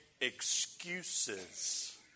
excuses